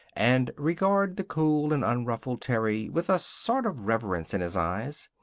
and regard the cool and unruffled terry with a sort of reverence in his eyes.